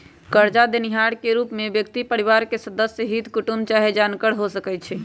करजा देनिहार के रूप में व्यक्ति परिवार के सदस्य, हित कुटूम चाहे जानकार हो सकइ छइ